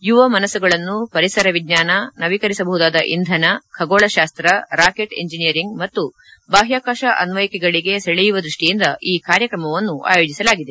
ಯುವ ಮನಸ್ಸುಗಳನ್ನು ಪರಿಸರ ವಿಜ್ವಾನ ನವೀಕರಿಸಬಹುದಾದ ಇಂಧನ ಖಗೋಳಶಾಸ್ತ ರಾಕೆಟ್ ಎಂಜಿನಿಯರಿಂಗ್ ಮತ್ತು ಬಾಹ್ಕಾಕಾಶ ಅನ್ವಯಿಕೆಗಳಗೆ ಸೆಳೆಯುವ ದೃಷ್ಟಿಯಿಂದ ಈ ಕಾರ್ಯಕ್ರಮವನ್ನು ಆಯೋಜಿಸಲಾಗಿದೆ